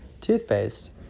toothpaste